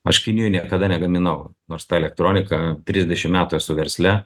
aš kinijoj niekada negaminau nors ta elektronika trisdešim metų esu versle